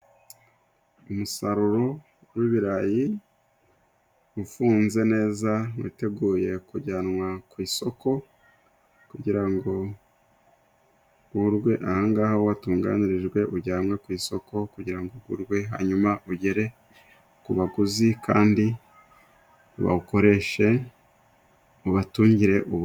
Umusaruro w'ibirayi ufunze neza witeguye kujyanwa ku isoko, kugira ngo ukurwe aha ngaha watunganyirijwe ujyanwe ku isoko, kugira ngo ugurwe hanyuma ugere ku baguzi kandi bawukoreshe ubatungire urugo.